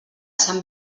sant